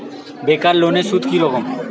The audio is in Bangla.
বেকার লোনের সুদ কি রকম?